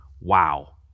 Wow